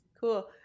Cool